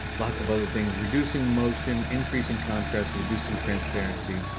lots of other things. reducing motion, increasing contrast, reducing transparency.